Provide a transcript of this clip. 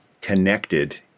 connected